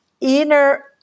inner